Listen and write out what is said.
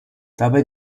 dabei